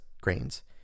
grains